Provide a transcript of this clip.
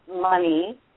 money